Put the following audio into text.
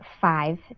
five